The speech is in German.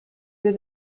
wir